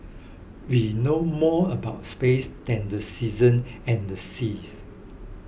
we know more about space than the season and the seas